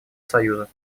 союза